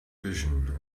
vision